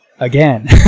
Again